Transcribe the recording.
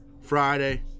Friday